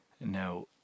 now